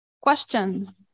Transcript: Question